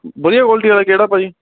ਵਧੀਆ ਕੁਆਲਟੀ ਵਾਲਾ ਕਿਹੜਾ ਭਾਅ ਜੀ